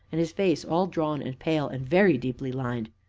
and his face all drawn and pale, and very deeply lined.